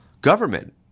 government